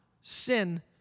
sin